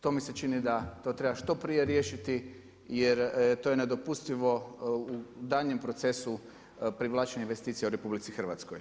To mi se čini da treba što prije riješiti jer to je nedopustivo u daljnjem procesu privlačenja investicija u RH.